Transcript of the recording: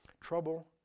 Trouble